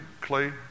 clay